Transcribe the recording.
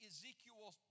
Ezekiel